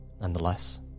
nonetheless